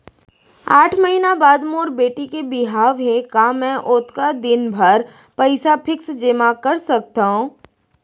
आठ महीना बाद मोर बेटी के बिहाव हे का मैं ओतका दिन भर पइसा फिक्स जेमा कर सकथव?